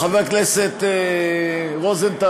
חבר הכנסת רוזנטל,